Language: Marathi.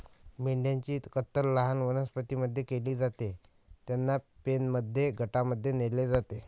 मेंढ्यांची कत्तल लहान वनस्पतीं मध्ये केली जाते, त्यांना पेनमध्ये गटांमध्ये नेले जाते